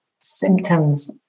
symptoms